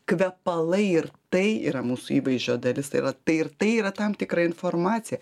kvepalai ir tai yra mūsų įvaizdžio dalis tai yra tai ir tai yra tam tikra informacija